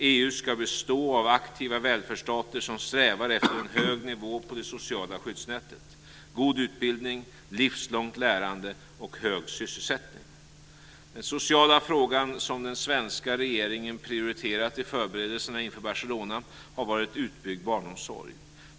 EU ska bestå av aktiva välfärdsstater som strävar efter en hög nivå på det sociala skyddsnätet, god utbildning, livslångt lärande och hög sysselsättning. Den sociala fråga som den svenska regeringen prioriterat i förberedelserna inför Barcelona har varit utbyggd barnomsorg.